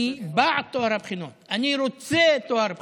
אני בעד טוהר בחינות, אני רוצה טוהר בחינות,